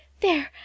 There